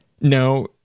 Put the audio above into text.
no